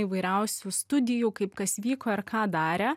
įvairiausių studijų kaip kas vyko ir ką darę